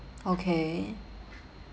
okay